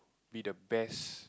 be the best